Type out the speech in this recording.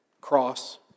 Cross